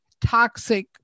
toxic